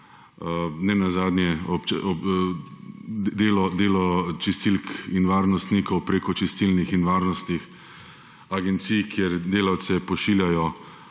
nenazadnje delo čistilk in varnostnikov preko čistilnih in varnostnih agencij kjer delavce pošiljajo